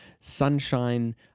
sunshine